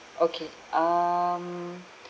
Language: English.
okay um